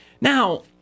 Now